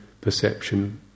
perception